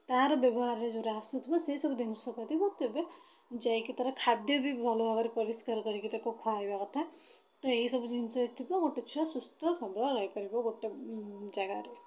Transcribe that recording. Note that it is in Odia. ତା'ର ବ୍ୟବହାରରେ ଯେଉଁରା ଆସୁଥିବ ସେସବୁ ଜିନିଷ ପ୍ରତି ମୁଁ ତେବେ ଯାଇକି ତା'ର ଖାଦ୍ୟ ବି ଭଲ ଭାବରେ ପରିଷ୍କାର କରିକି ତାକୁ ଖୁଇବା କଥା ତ ଏଇସବୁ ଜିନିଷ ହେତୁକୁ ଗୋଟେ ଛୁଆ ସୁସ୍ଥସବଳ ରହିପାରିବ ଗୋଟେ ଜାଗାରେ